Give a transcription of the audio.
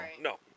No